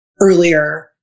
earlier